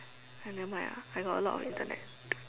ha nevermind ah I got a lot of Internet